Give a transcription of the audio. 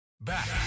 Back